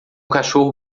cachorro